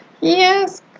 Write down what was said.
Yes